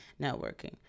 networking